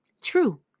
True